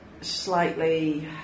slightly